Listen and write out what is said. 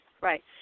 right